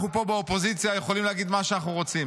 פה באופוזיציה אנחנו יכולים להגיד מה שאנחנו רוצים.